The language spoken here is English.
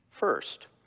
first